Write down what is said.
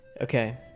Okay